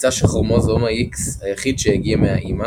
נמצא שכרומוזום ה-X היחיד הגיע מהאמא,